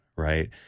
right